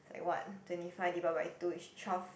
is like what twenty five divide by two is twelve